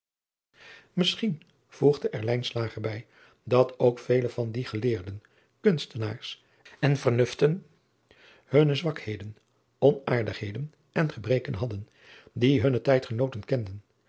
voegde er bij dat ook vele van die geleerden kunstenaars en vernusten hunne zwakheden onaardigheden en gebreken hadden die hunne tijdgenooten kenden